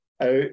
out